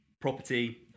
property